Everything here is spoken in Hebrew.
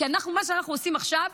כי מה שאנחנו עושים עכשיו,